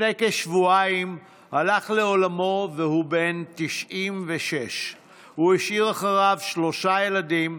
לפני כשבועיים הלך לעולמו והוא בן 96. הוא השאיר אחריו שלושה ילדים,